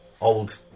old